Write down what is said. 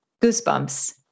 goosebumps